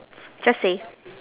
just say